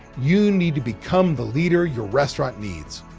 you need to become the leader your restaurant needs.